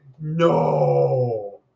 No